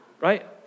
right